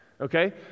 Okay